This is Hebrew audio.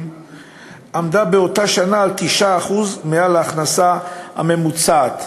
עמדה באותה שנה על 9% מעל הכנסה הממוצעת.